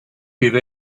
give